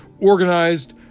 organized